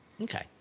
Okay